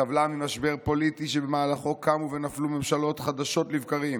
היא סבלה ממשבר פוליטי שבמהלכו קמו ונפלו ממשלות חדשות לבקרים.